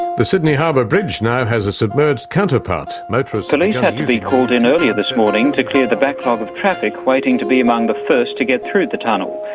the sydney harbour bridge now has a submerged counterpart, journalist police had to be called in earlier this morning to clear the backlog of traffic waiting to be among the first to get through the tunnel.